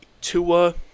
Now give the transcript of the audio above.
Tua